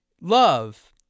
Love